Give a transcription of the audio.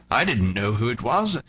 i didn't know who it was,